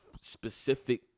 Specific